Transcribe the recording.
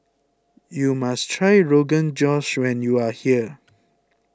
you must try Rogan Josh when you are here